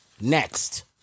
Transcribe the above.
Next